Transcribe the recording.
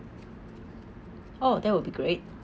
oh that will be great